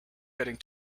heading